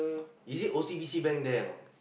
is it O_C_B_C bank there or not